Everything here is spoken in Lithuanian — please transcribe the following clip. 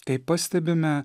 kai pastebime